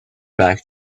back